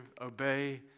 obey